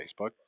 Facebook